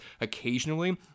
occasionally